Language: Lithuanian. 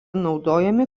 naudojami